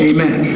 Amen